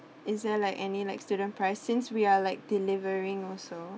is there like any like student price since we are like delivering also